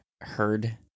heard